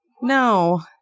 No